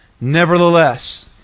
Nevertheless